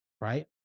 right